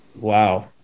wow